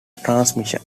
transmission